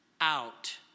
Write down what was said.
out